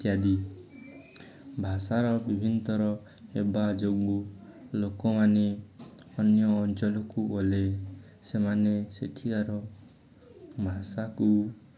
ଇତ୍ୟାଦି ଭାଷାର ବିଭିନ୍ନତର ହେବା ଯୋଗୁଁ ଲୋକମାନେ ଅନ୍ୟ ଅଞ୍ଚଳକୁ ଗଲେ ସେମାନେ ସେଠିକାର ଭାଷାକୁ